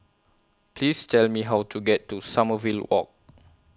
Please Tell Me How to get to Sommerville Walk